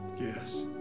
Yes